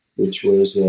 which was